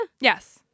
Yes